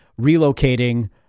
relocating